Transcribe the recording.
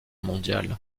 mondiale